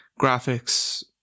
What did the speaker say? graphics